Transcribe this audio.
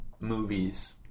movies